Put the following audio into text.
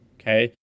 Okay